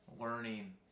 learning